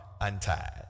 untied